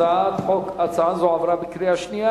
הצעה זו עברה בקריאה שנייה.